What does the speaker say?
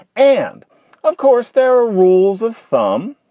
and of course, there are rules of thumb.